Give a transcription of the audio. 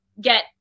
get